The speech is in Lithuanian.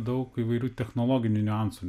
daug įvairių technologinių niuansų